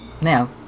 now